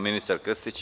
Ministar Krstić.